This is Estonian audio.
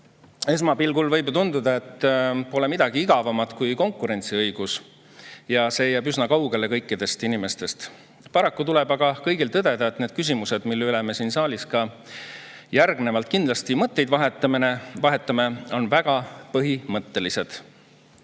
Esmapilgul võib ju tunduda, et pole midagi igavamat kui konkurentsiõigus ja see jääb üsna kaugele kõikidest inimestest. Paraku tuleb aga tõdeda, et need küsimused, mille üle me siin saalis ka järgnevalt kindlasti mõtteid vahetame, on väga põhimõttelised.